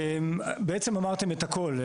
בעצם אמרתם את הכול.